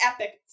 epic